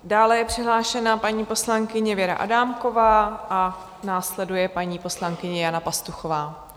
Dále je přihlášena paní poslankyně Věra Adámková a následuje paní poslankyně Jana Pastuchová.